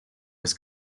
his